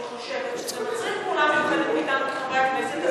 אני חושבת שזה מצריך פעולה מיוחדת מאתנו כחברי הכנסת.